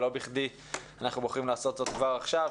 לא בכדי אנחנו בוחרים לעשות זאת כבר עכשיו.